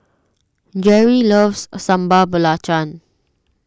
Jere loves Sambal Belacan